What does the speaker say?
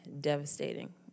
devastating